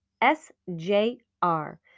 S-J-R